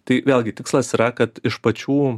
tai vėlgi tikslas yra kad iš pačių